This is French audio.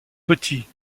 petite